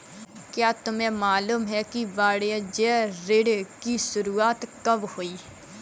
क्या तुम्हें मालूम है कि वाणिज्य ऋण की शुरुआत कब हुई?